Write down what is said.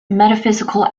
metaphysical